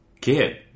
kid